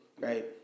right